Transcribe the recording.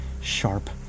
sharp